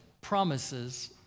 promises